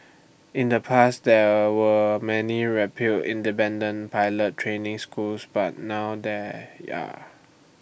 in the past there were many repute independent pilot training schools but now there yah